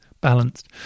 balanced